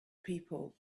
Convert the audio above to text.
people